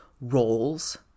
roles